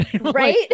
Right